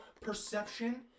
perception